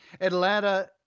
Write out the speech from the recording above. Atlanta